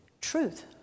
truth